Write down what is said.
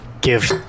give